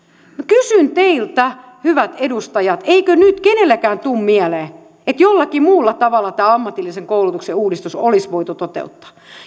kysyn teiltä hyvät edustajat eikö nyt kenelläkään tule mieleen että jollakin muulla tavalla tämä ammatillisen koulutuksen uudistus olisi voitu toteuttaa